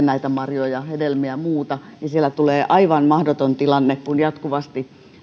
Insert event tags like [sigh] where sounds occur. [unintelligible] näitä marjoja hedelmiä ja muuta niin tulee aivan mahdoton tilanne kun jatkuvasti